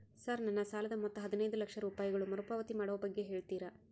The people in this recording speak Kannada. ಸರ್ ನನ್ನ ಸಾಲದ ಮೊತ್ತ ಹದಿನೈದು ಲಕ್ಷ ರೂಪಾಯಿಗಳು ಮರುಪಾವತಿ ಮಾಡುವ ಬಗ್ಗೆ ಹೇಳ್ತೇರಾ?